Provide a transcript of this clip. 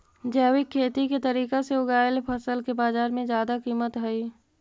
जैविक खेती के तरीका से उगाएल फसल के बाजार में जादा कीमत हई